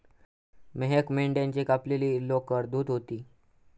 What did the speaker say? मेहक मेंढ्याची कापलेली लोकर धुत होती